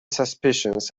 suspicions